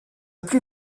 plus